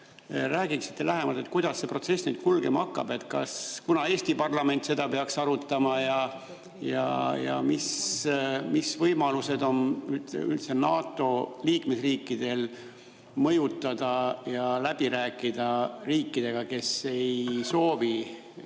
räägiksite lähemalt, kuidas see protsess nüüd kulgema hakkab? Kunas Eesti parlament seda peaks arutama ja mis võimalused on üldse NATO liikmesriikidel mõjutada ja läbi rääkida riikidega, kes ei soovi Soomet